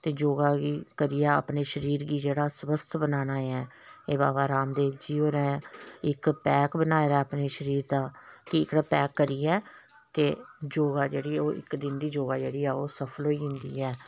ते योगा गी करियै अपने शरीर गी जेह्ड़ा स्वस्थ बनाना ऐ एह् बाबा राम देव जी होरें इक पैक बनाए दा अपने शरीर दा कि एह्का पैक करियै ते योगा जेह्ड़ी ऐ ओह् इक दिन दी योगा जेह्ड़ी ऐ ओह् सफल होई जंदी ऐ